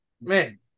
Man